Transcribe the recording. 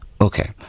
Okay